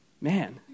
Man